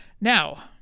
now